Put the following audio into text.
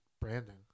branding